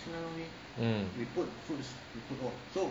mm